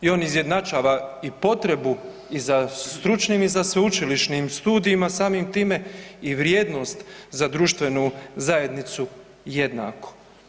I on izjednačava i potrebu i za stručnim i za sveučilišnim studijima, samim time i vrijednost za društvenu zajednicu jednako.